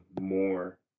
more